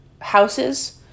houses